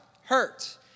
Hurt